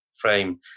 frame